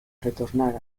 retornar